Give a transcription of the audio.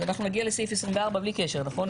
אנחנו נגיע לסעיף 24 בלי קשר נכון?